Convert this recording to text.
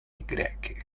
greche